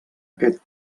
aquest